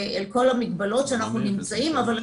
על כל המגבלות שאנחנו נמצאים אבל גם